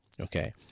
Okay